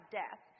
death